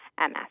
MS